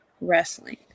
wrestling